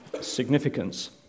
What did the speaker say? significance